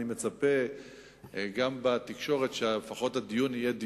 אני מצפה שגם בתקשורת הדיון יהיה על